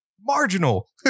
marginal